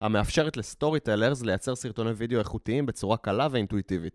המאפשרת לסטורי טיילרז לייצר סרטוני וידאו איכותיים בצורה קלה ואינטואיטיבית